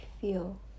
feel